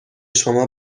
شما